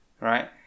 right